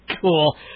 cool